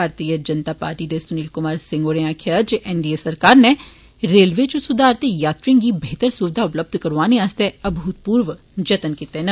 भारतीय जनता पार्टी दे सुनील कुमार सिंह होरें आक्खेआ ऐ जे एनडीए सरकार नै रेलवे इच सुधार ते यात्रिए गी बेह्तर सुविघा उपलब्ध करौआने आस्तै अमूतपूर्व जत्न कीते न